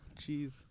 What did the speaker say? jeez